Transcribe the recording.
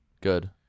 Good